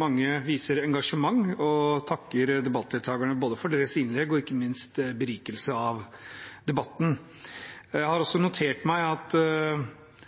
mange viser engasjement, og jeg takker debattdeltagerne både for deres innlegg og ikke minst for berikelse av debatten. Jeg har også notert meg at